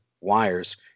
wires